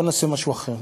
בוא נעשה משהו אחר.